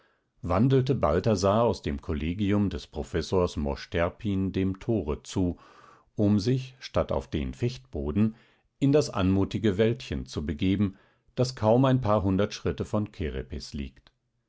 wandelte balthasar aus dem kollegium des professors mosch terpin dem tore zu um sich statt auf den fechtboden in das anmutige wäldchen zu begeben das kaum ein paar hundert schritte von kerepes liegt